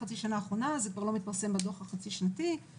חצי שנה אחרונה זה גם לא מתפרסם בדו"ח החצי שנתי.